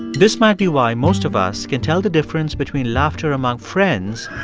this might be why most of us can tell the difference between laughter among friends.